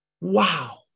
Wow